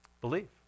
believe